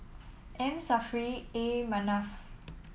M Saffri A Manaf